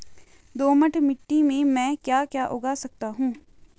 दोमट मिट्टी में म ैं क्या क्या उगा सकता हूँ?